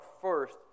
first